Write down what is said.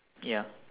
ya